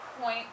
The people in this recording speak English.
point